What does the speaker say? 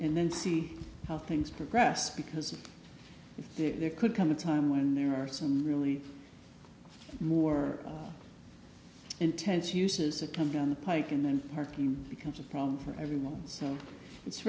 and then see how things progress because there could come a time when there are some really more intense uses of come down the pike and then parking becomes a problem for everyone so it's